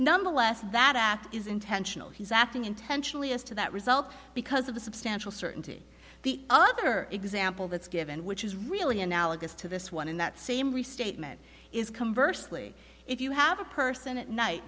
nonetheless that act is intentional he's acting intentionally as to that result because of the substantial certainty the other example that's given which is really analogous to this one in that same restatement is converse lee if you have a person at night